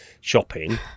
shopping